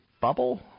bubble